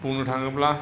बुंनो थाङोब्ला